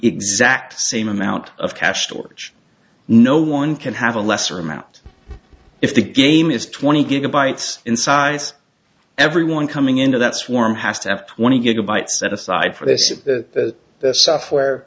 sacked same amount of cash torch no one can have a lesser amount if the game is twenty gigabytes in size everyone coming into that swarm has to have twenty gigabytes set aside for this and that the software